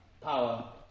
power